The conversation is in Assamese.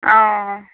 অ